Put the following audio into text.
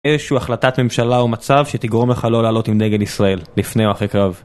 איזשהו החלטת ממשלה או מצב שתגרום לך לא לעלות עם דגל ישראל, לפני או אחרי קרב.